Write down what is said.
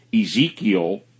Ezekiel